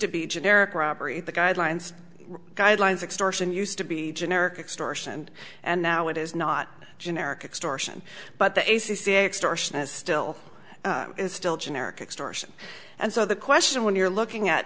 to be generic robbery the guidelines guidelines extortion used to be generic extortion and now it is not generic extortion but the a c c extortion is still is still generic extortion and so the question when you're looking at